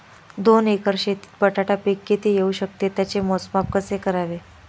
दोन एकर शेतीत बटाटा पीक किती येवू शकते? त्याचे मोजमाप कसे करावे?